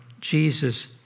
Jesus